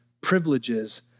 privileges